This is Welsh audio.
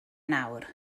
nawr